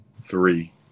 three